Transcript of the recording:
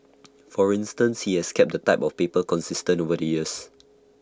for instance he has kept the type of paper consistent over the years